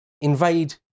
invade